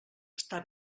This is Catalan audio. està